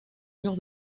mur